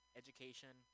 education